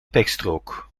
pechstrook